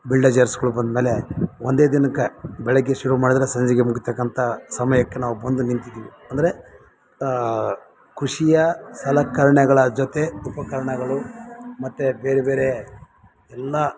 ಬಿಲ್ಡೆಜರ್ಸ್ಗಳು ಬಂಡ ಮೇಲೆ ಒಂದೇ ದಿನಕ್ಕೆ ಬೆಳಗ್ಗೆ ಶುರು ಮಾಡದ್ರೆ ಸಂಜೆಗೆ ಮುಗಿತಕ್ಕಂಥ ಸಮಯಕ್ಕೆ ನಾವು ಬಂದು ನಿಂತಿದ್ದೀವಿ ಅಂದರೆ ಕೃಷಿಯ ಸಲಕರಣೆಗಳ ಜೊತೆ ಉಪಕರಣಗಳು ಮತ್ತು ಬೇರೆ ಬೇರೆ ಎಲ್ಲ